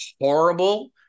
horrible